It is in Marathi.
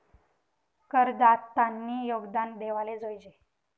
करदातानी योगदान देवाले जोयजे